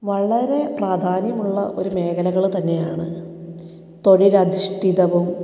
വളരെ പ്രാധാന്യമുള്ള ഒരു മേഖലകൾ തന്നെയാണ് തൊഴിലധിഷ്ഠിതവും